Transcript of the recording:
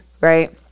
right